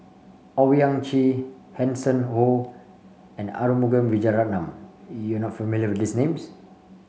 Owyang Chi Hanson Ho and Arumugam Vijiaratnam you are not familiar with these names